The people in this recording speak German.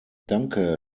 danke